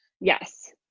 Yes